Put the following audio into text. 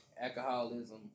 alcoholism